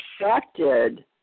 affected